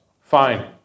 Fine